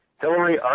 Hillary